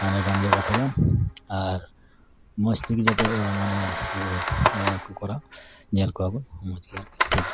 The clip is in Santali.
ᱟᱨ ᱤᱱᱟᱹ ᱠᱟᱱ ᱜᱮᱭᱟ ᱠᱟᱛᱷᱟ ᱫᱚ ᱟᱨ ᱢᱚᱡᱽ ᱛᱮᱜᱮ ᱡᱟᱛᱮ ᱢᱟᱱᱮ ᱠᱚ ᱤᱭᱟᱹ ᱠᱚ ᱠᱚᱨᱟᱣ ᱧᱮᱞ ᱠᱚᱣᱟ ᱵᱚ ᱢᱚᱡᱽ ᱜᱮ ᱟᱨᱠᱤ ᱴᱷᱤᱠ ᱜᱮᱭᱟ